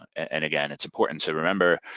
and again, it's important to remember,